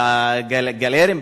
בגלריות,